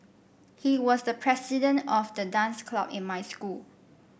he was the president of the dance club in my school